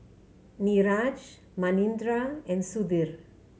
Niraj Manindra and Sudhir